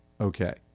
Okay